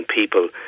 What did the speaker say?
people